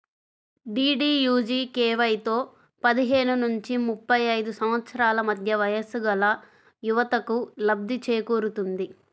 డీడీయూజీకేవైతో పదిహేను నుంచి ముప్పై ఐదు సంవత్సరాల మధ్య వయస్సుగల యువతకు లబ్ధి చేకూరుతుంది